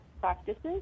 practices